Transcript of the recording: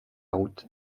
route